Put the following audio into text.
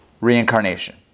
reincarnation